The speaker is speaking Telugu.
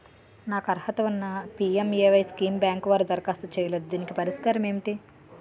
నాకు అర్హత ఉన్నా పి.ఎం.ఎ.వై స్కీమ్ బ్యాంకు వారు దరఖాస్తు చేయలేదు దీనికి పరిష్కారం ఏమిటి?